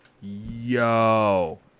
yo